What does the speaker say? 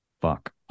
fuck